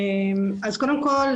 קודם כול,